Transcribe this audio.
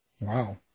Wow